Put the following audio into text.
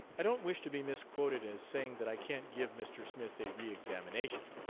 i don't wish to be misquoted as saying that i can't give mr. smith a re-examination,